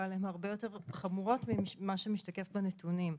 אבל הן הרבה יותר חמורות ממה שמשתקף בנתונים.